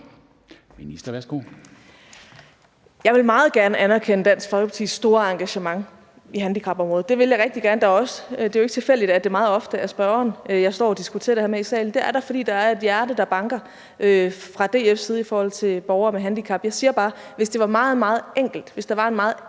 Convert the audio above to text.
Jeg vil meget gerne anerkende Dansk Folkepartis store engagement i handicapområdet – det vil jeg rigtig gerne. Det er jo ikke tilfældigt, at det meget ofte er spørgeren, jeg står og diskuterer det her med i salen. Det er da, fordi der er et hjerte, der banker fra DF's side i forhold til borgere med handicap. Jeg siger bare, at hvis det var meget, meget enkelt, altså hvis der var en meget